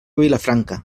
vilafranca